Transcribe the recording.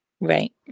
Right